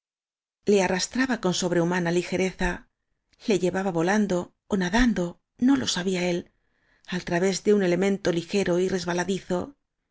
le arrastraba con sobrehumana ligereza le llevaba volando ó nadando no lo sabía él al través de un elemento ligero y resbaladizo